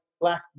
black